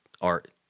art